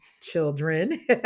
children